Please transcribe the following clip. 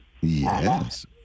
Yes